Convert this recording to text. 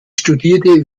studierte